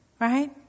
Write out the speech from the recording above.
Right